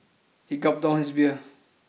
he gulped down his beer